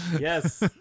yes